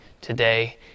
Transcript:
today